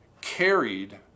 carried